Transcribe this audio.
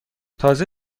تازه